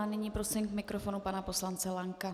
Nyní prosím k mikrofonu pana poslance Lanka.